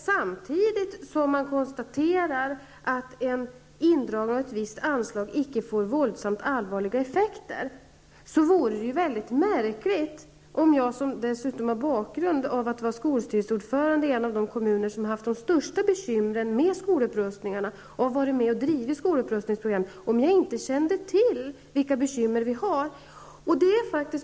Samtidigt som jag kan konstatera att en indragning av ett visst anslag inte får våldsamt allvarliga effekter, vore det ju väldigt märkligt om jag, som dessutom har en bakgrund såsom skolstyrelseordförande i en av de kommuner som har haft de största bekymren med skolupprustningar och har varit med om att driva skolupprustningsprogram, inte skulle känna till vilka bekymmer som finns.